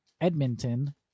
Edmonton